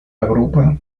agrupa